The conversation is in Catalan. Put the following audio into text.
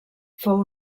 fou